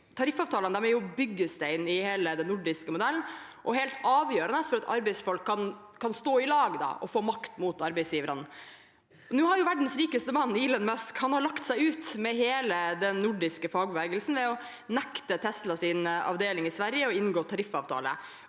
Tariffavtalene er byggesteinen i den nordiske modellen og helt avgjørende for at arbeidsfolk kan stå i lag og få makt mot arbeidsgiverne. Nå har verdens rikeste mann, Elon Musk, lagt seg ut med hele den nordiske fagbevegelsen ved å nekte Teslas avdeling i Sverige å inngå tariffavtale.